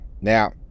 now